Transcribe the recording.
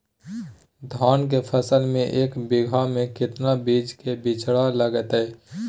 धान के फसल में एक बीघा में कितना बीज के बिचड़ा लगतय?